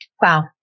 Wow